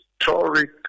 historic